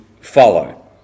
follow